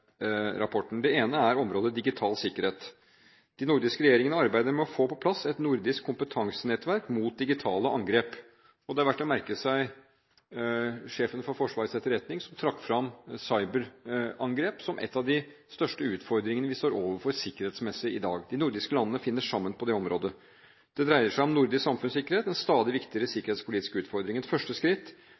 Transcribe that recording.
Det ene er området digital sikkerhet. De nordiske regjeringene arbeider med å få på plass et nordisk kompetansenettverk mot digitale angrep. Det er verdt å merke seg at sjefen for Forsvarets etterretning trakk fram cyberangrep som en av de største utfordringene vi sikkerhetsmessig står overfor i dag. De nordiske landene finner sammen på det området. Det dreier seg om nordisk samfunnssikkerhet – den stadig viktigere sikkerhetspolitiske utfordringen. Første skritt